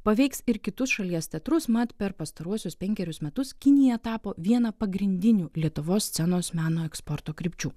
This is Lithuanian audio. paveiks ir kitus šalies teatrus mat per pastaruosius penkerius metus kinija tapo viena pagrindinių lietuvos scenos meno eksporto krypčių